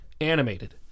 animated